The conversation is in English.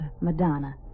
Madonna